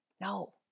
No